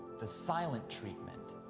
the silent treatment,